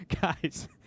guys—